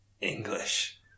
English